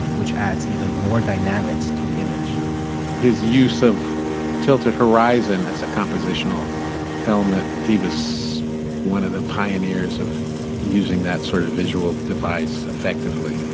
which adds even more dynamics to the image his use of tilted horizon as a compositional element. he was one of the pioneers of using that sort of visual device effectively.